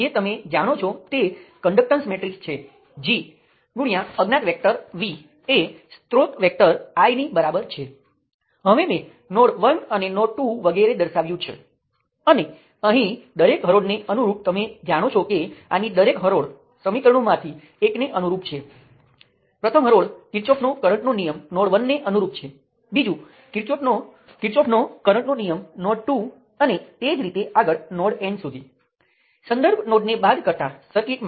જેમ મેં અગાઉ કહ્યું તેમ ચાલો હું એક સર્કિટ લઈશ અને તમને બતાવીશ કે કિર્ચોફનાં વોલ્ટેજનો નિયમ લખવા માટે એકથી વધુ વિવિધ લૂપ્સ કેવી રીતે પસંદ કરી શકાય